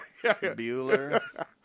Bueller